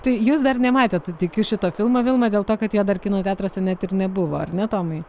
tai jūs dar nematėt tikiu šito filmo vilma dėl to kad jo dar kino teatruose net ir nebuvo ar ne tomai